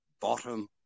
bottom